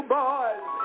boys